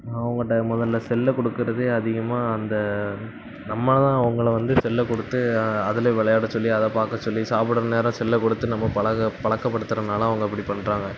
அவங்கட்ட முதல்ல செல்ல கொடுக்குறதே அதிகமாக அந்த நம்ம தான் அவங்கள வந்து செல்லை கொடுத்து அதில் விளாட சொல்லி அதை பார்க்க சொல்லி சாப்பிடுற நேரம் செல்லை கொடுத்து நம்ம பழக பழக்கப்படுத்துறதுனால் அவங்க அப்படி பண்ணுறாங்க